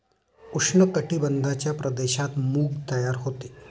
उष्ण कटिबंधाच्या प्रदेशात मूग तयार होते